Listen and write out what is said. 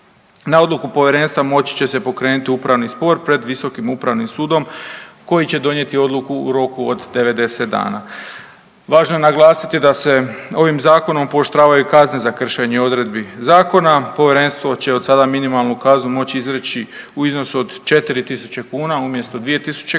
Na odluku povjerenstva moći će se pokrenuti upravni spor pred visokom upravnim sudom koji će donijeti odluku u roku od 90 dana. Važno je naglasiti da se ovim zakonom pooštravaju kazne za kršenje odredbi zakona. Povjerenstvo će od sada minimalnu kaznu moći izreći u iznosu od 4.000 kuna umjesto 2.000 kuna,